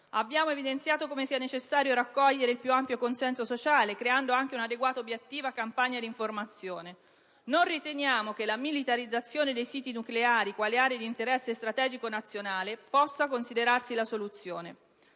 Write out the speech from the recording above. abbiamo evidenziato come sia necessario raccogliere il più ampio consenso sociale, creando anche un'adeguata ed obiettiva campagna di informazione. Non riteniamo che la militarizzazione dei siti nucleari quali aree di interesse strategico-nazionale possa considerarsi la soluzione.